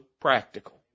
practical